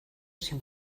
sin